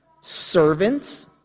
servants